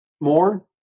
more